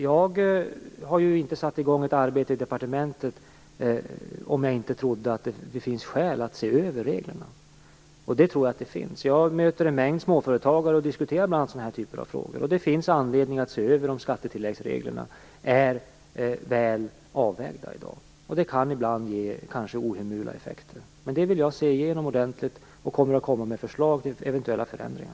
Jag hade inte satt igång ett arbete i departementet om jag inte trodde att det fanns skäl att se över reglerna, och det tror jag att det finns. Jag möter en mängd småföretagare och diskuterar bl.a. den här typen av frågor. Det finns anledning att se över om skattetilläggsreglerna är väl avvägda i dag. De kan ibland kanske ge ohemula effekter. Men jag vill se igenom detta ordentligt, och jag kommer att komma med förslag till eventuella förändringar.